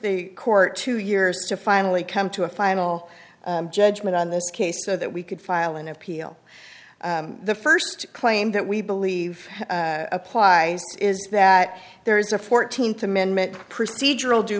the court two years to finally come to a final judgment on this case so that we could file an appeal the first claim that we believe apply is that there is a fourteenth amendment procedural due